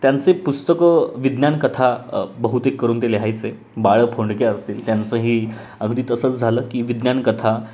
त्यांचे पुस्तकं विज्ञानकथा बहुतेक करून ते लिहायचे बाळ फोंडके असतील त्यांचंही अगदी तसंच झालं की विज्ञानकथा